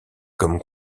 comme